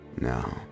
No